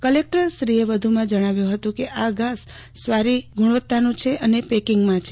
કલેકટરશ્રીએ વધુમાં જણાવ્યું હતું કે આ ઘાસ સારી કવોલીટીનું છે અને પેકીંગમાં છે